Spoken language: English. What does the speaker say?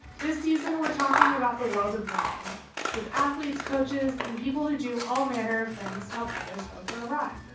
this season, we're talking about the world of running with athletes, coaches and people who do all manner of things to help others go for a run